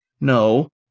No